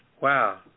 Wow